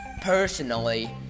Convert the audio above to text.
personally